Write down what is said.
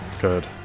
Good